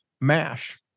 mash